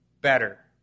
better